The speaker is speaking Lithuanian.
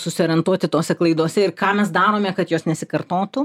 susiorientuoti tose klaidose ir ką mes darome kad jos nesikartotų